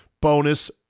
bonus